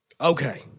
Okay